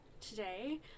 today